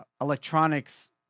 electronics